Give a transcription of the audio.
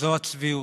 זאת הצביעות,